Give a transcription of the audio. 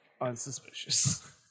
unsuspicious